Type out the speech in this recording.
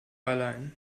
allein